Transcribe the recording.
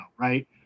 right